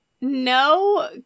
No